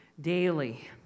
daily